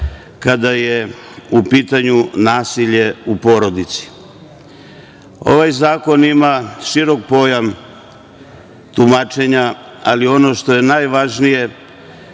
kada je u pitanju nasilje u porodici. Ovaj zakon ima širom pojam tumačenja, ali ono što je najvažnije